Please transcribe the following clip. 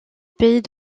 pays